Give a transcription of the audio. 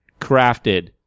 crafted